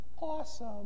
awesome